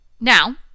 Now